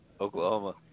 Oklahoma